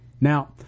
Now